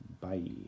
Bye